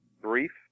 brief